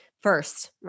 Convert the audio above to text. first